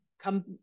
come